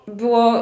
było